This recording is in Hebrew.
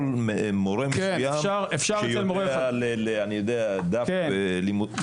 מורה מסוים שיודע דף לימוד יכול.